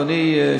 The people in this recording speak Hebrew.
אדוני,